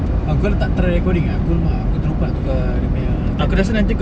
ah kau letak try recording ah aku mah lu~ aku terlupa ter~ dia punya title